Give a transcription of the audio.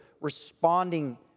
responding